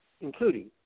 including